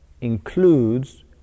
includes